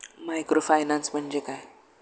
Microfinance म्हणजे काय?